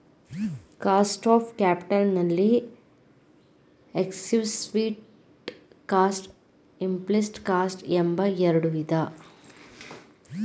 cost of capital ನಲ್ಲಿ explicit cost, implicit cost ಎಂಬ ಎರಡು ವಿಧ ಇದೆ